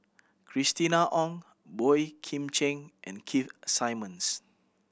Christina Ong Boey Kim Cheng and Keith Simmons